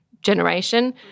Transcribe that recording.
Generation